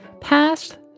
past